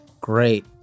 great